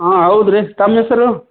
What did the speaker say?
ಹಾಂ ಹೌದ್ ರಿ ತಮ್ಮ ಹೆಸ್ರು